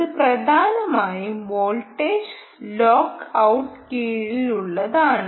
ഇത് പ്രധാനമായും voltage lock ഔട്ടിന് കീഴിലുള്ളതാണ്